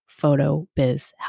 PHOTOBIZHELP